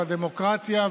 הדמוקרטיה,